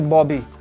Bobby